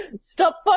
stop